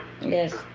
Yes